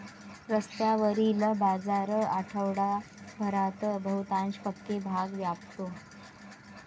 रस्त्यावरील बाजार आठवडाभरात बहुतांश पक्के भाग व्यापतो